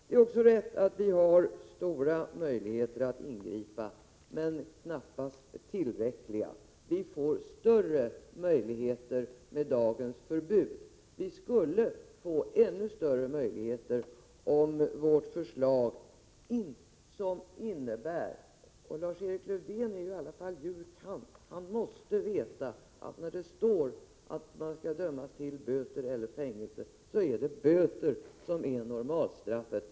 Det är också riktigt att vi har stora möjligheter att ingripa — men knappast tillräckliga. Vi får större möjligheter med dagens förbud. Vi skulle få ännu större möjligheter om vårt förslag vann bifall. Lars-Erik Lövdén, som ju är jur. kand., måste veta att när det föreskrivs att man skall döma till böter eller fängelse är böter normalstraffet.